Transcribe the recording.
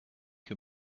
que